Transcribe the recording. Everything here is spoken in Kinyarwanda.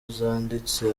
zanditse